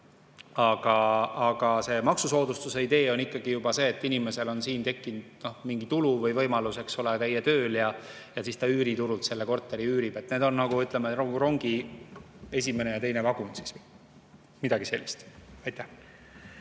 Aga see maksusoodustuse idee on see, et inimesel on juba siin tekkinud mingi tulu või võimalus, eks ole, käia tööl ja siis ta üüriturult selle korteri üürib. Need on nagu rongi esimene ja teine vagun. Midagi sellist.